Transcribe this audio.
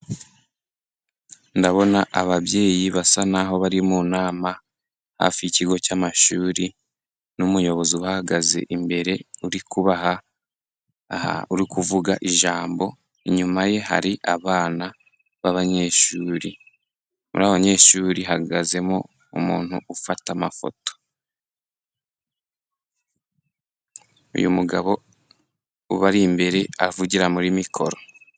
Ndabona ababyeyi basa naho bari mu nama hafi y' ikigo cy' amashuri n' umuyobozi uhagaze imbere, uri kuba aha uri kuvuga ijambo, inyuma ye hari abana b' abanyeshuri; abanyeshuri hahagazemo ufata amafoto, uy' umugabo ubari imbere avugira muri mikoro.